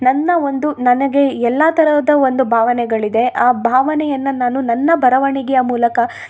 ನನ್ನ ಒಂದು ನನಗೆ ಎಲ್ಲ ಥರದ ಒಂದು ಭಾವನೆಗಳ್ ಇದೆ ಆ ಭಾವನೆಯನ್ನು ನಾನು ನನ್ನ ಬರವಣಿಗೆಯ ಮೂಲಕ